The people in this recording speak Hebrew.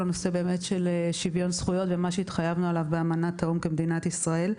כל הנושא של שווין זכויות ומה שהתחייבנו עליו באמנת האו"ם כמדינת ישראל.